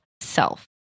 self